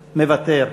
מוותר.